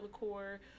liqueur